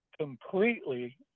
completely